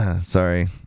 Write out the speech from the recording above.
sorry